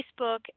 Facebook